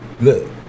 Look